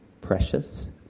precious